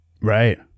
Right